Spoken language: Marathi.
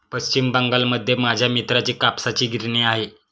पश्चिम बंगालमध्ये माझ्या मित्राची कापसाची गिरणी आहे